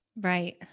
Right